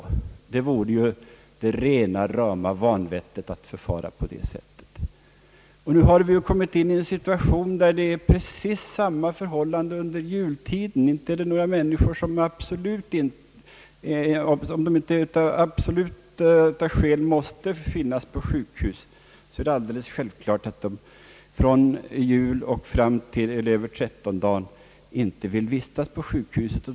Det vore ju rena rama vanvettet att förfara på det sättet. Nu har vi kommit i en situation då förhållandet är detsamma under jultiden. Inte är det väl några människor — om det inte är absolut nödvändigt — som vill vistas på sjukhuset under tiden från jul och fram till trettondagen.